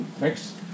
Next